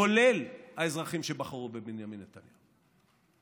כולל האזרחים שבחרו בבנימין נתניהו.